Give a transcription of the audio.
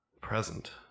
present